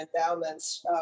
endowments